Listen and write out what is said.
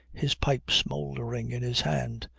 his pipe smouldering in his hand.